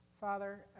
Father